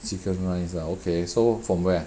chicken rice ah okay so from where